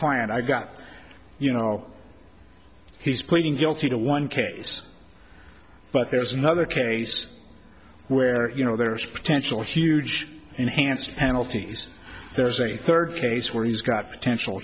client i got you know he's pleading guilty to one case but there is another case where you know there is potential huge enhanced penalties there's a third case where he's got potential